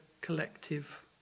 collective